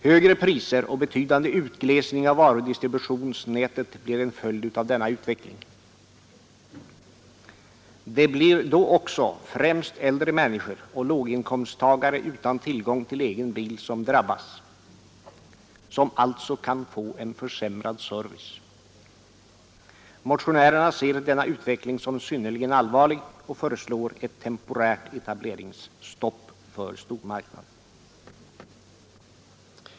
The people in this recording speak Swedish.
Högre priser och betydande utglesning av varudistributionsnätet blir en följd av denna utveckling. Det blir då främst äldre människor och låginkomsttagare utan tillgång till egen bil som drabbas och som får en försämrad service. Motionärerna ser denna utveckling som synnerligen allvarlig och föreslår ett temporärt etableringsstopp för stormarknader.